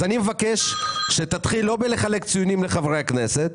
אז אני מבקש שתתחיל לא בלחלק ציונים לחברי הכנסת,